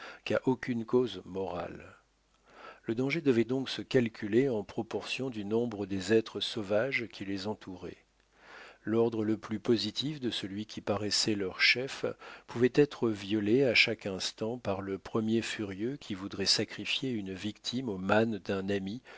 qu'à aucune cause morale le danger devait donc se calculer en proportion du nombre des êtres sauvages qui les entouraient l'ordre le plus positif de celui qui paraissait leur chef pouvait être violé à chaque instant par le premier furieux qui voudrait sacrifier une victime aux mânes d'un ami